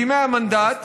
בימי המנדט,